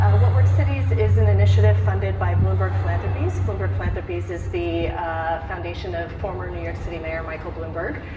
ah what works cities is an initiative funded by bloomberg philanthropies. bloomberg philanthropies is the foundation of former new york city mayor michael bloomberg.